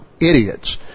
idiots